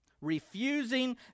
Refusing